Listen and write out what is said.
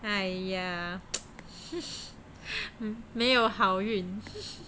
!aiya! 没有好运